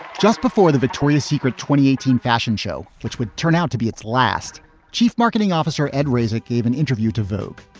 just before the victoria secret twenty eighteen fashion show, which would turn out to be its last chief marketing officer, ed rasekh gave an interview to vogue.